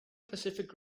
pacific